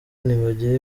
ntibagira